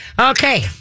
Okay